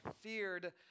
feared